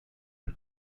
was